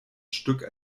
stück